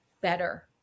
better